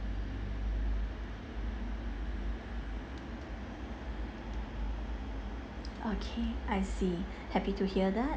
okay I see happy to hear that